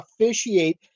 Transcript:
officiate